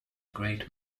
great